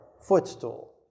footstool